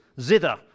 zither